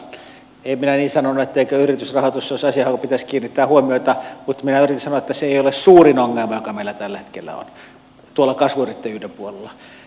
en minä niin sanonut etteikö yritysrahoitus olisi asia johon pitäisi kiinnittää huomiota mutta minä yritin sanoa että se ei ole suurin ongelma joka meillä tällä hetkellä on tuolla kasvuyrittäjyyden puolella